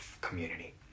community